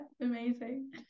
amazing